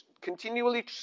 continually